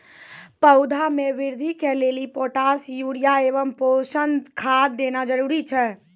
पौधा मे बृद्धि के लेली पोटास यूरिया एवं पोषण खाद देना जरूरी छै?